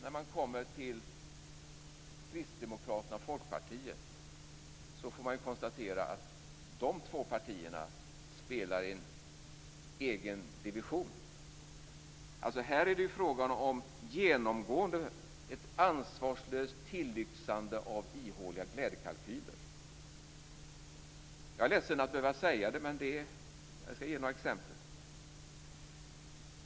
När man kommer till Kristdemokraterna och Folkpartiet får man konstatera att de två partierna spelar i en egen division. Här är det fråga genomgående om ett ansvarslöst tillyxande av ihåliga glädjekalkyler. Jag är ledsen att behöva säga det, men jag skall ge några exempel.